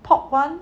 pork [one]